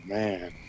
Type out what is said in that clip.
man